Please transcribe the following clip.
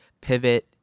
pivot